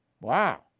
Wow